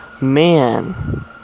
Man